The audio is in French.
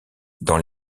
dans